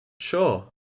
sure